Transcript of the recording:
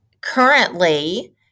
currently